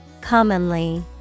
Commonly